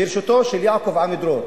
בראשותו של יעקב עמידרור.